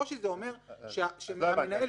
קושי זה אומר שמנהל --- לא הבנתי.